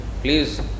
Please